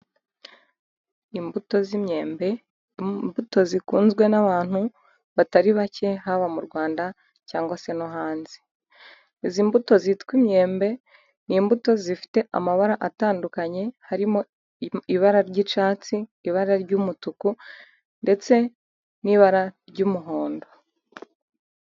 Imbuto z'imyembe imbuto zikunzwe n'abantu batari bake haba mu Rwanda cyangwa se no hanze. Izi mbuto zitwa imyembe ni imbuto zifite amabara atandukanye harimo: ibara ry'icyatsi, ibara ry'umutuku, ndetse n'ibara ry'umuhondo.